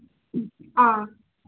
ꯑ